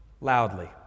loudly